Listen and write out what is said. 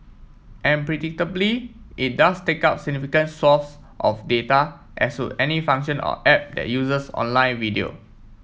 and predictably it does take up significant swathes of data as would any function or app that uses online video